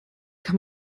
kann